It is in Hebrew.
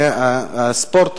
זה הספורט,